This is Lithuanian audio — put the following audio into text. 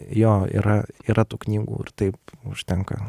jo yra yra tų knygų ir taip užtenka